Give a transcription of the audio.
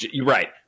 Right